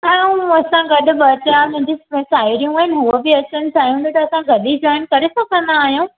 कयऊं आयूं असां गॾु में ॿ चार मुहिंजियूं साहिड़ियूं आहिनि हूए बि अचणु चाहीनि त असां गॾु ई जोइन करे सघंदा आहियूं